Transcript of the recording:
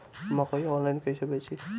मकई आनलाइन कइसे बेची?